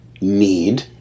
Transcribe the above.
need